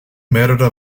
mehrere